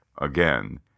again